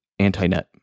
Antinet